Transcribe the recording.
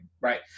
right